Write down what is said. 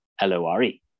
L-O-R-E